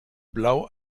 blau